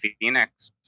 phoenix